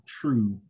true